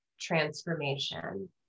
transformation